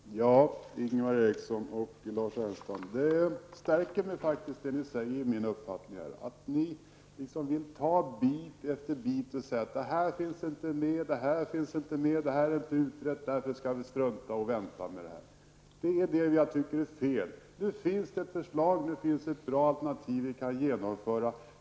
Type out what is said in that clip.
Fru talman! Vad Lars Ernestam och Ingvar Eriksson nu säger stärker mig faktiskt i min uppfattning. Ni säger att det och det inte är utrett och att vi därför skall vänta med ett ikraftträdande av lagförslaget. Det finns ett bra förslag, ett alternativ, som vi kan genomföra.